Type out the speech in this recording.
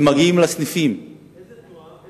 הם מגיעים לסניפים, איזו תנועה?